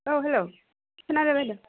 औ हेल' खोनादो बायद'